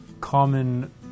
common